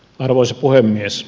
arvoisa puhemies